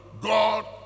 God